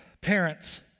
Parents